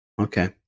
Okay